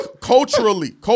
culturally